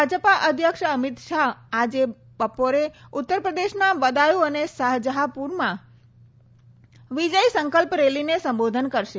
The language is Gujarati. ભાજપ અધ્યક્ષ અમિત શાહ આજે બપોરે ઉત્તર પ્રદેશના બદાયુ અને શાહજહાપુરમાં વિજય સંકલ્પ રેલીને સંબોધન કરશે